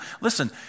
listen